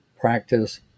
Practice